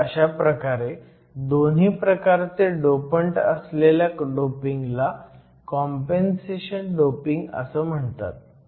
तर अशा प्रकारे दोन्ही प्रकारचे डोपंट असलेल्या डोपिंगला कॉम्पेनसेशन डोपिंग म्हणतात